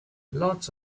lots